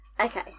Okay